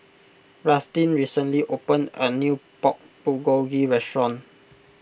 Rustin recently opened a new Pork Bulgogi restaurant